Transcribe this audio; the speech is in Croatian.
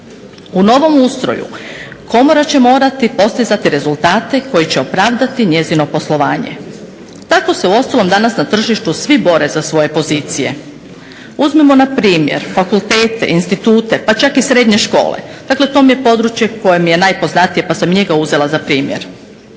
U novom ustroju komora će morati postizati rezultate koji će opravdati njezino poslovanje. Tako se uostalom danas na tržištu svi bore za svoje pozicije. Uzmimo na primjer fakultete, institute pa čak i srednje škole. Dakle to je područje koje mi je najpoznatije pa sam njega uzela za primjer.